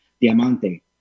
Diamante